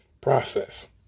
Process